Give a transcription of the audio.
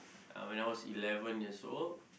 when I was eleven years old